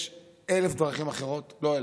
יש אלף דרכים אחרות, לא אלף,